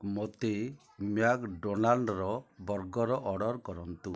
ମୋତେ ମ୍ୟାକଡୋନାଲ୍ଡର burger order କରନ୍ତୁ